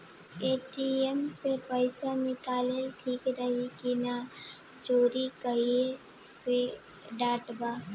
ATM से पईसा निकालल ठीक रही की ना और चोरी होये के डर बा का?